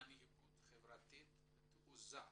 מנהיגות חברתית ותעוזה